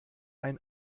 ein